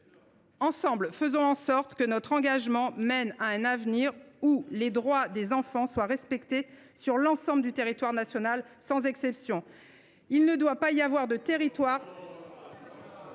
Ensemble, faisons en sorte que notre engagement mène à un avenir où les droits des enfants sont respectés sur l’ensemble du territoire national, sans exception. Vous avez excédé votre